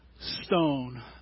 stone